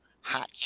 Hot